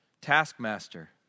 taskmaster